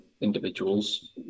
individuals